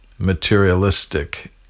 materialistic